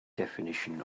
definition